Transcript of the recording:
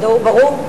ברור.